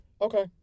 Okay